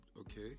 okay